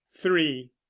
three